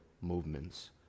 movements